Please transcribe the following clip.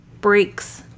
breaks